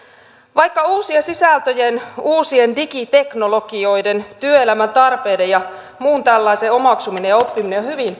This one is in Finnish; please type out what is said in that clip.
vaikka uusien sisältöjen uusien digiteknologioiden työelämän tarpeiden ja muun tällaisen omaksuminen ja oppiminen on hyvin